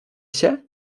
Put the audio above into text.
się